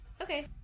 Okay